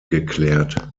geklärt